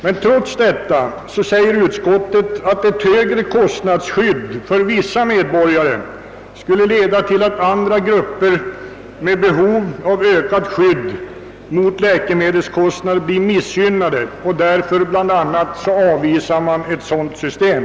Men trots detta anför utskottet att ett högre kostnadsskydd för vissa medborgare skulle leda till att andra grupper med behov av ökat skydd mot läkemedelskostnader blir missgynnade, och man avvisar bl.a. av denna orsak ett sådant system.